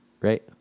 right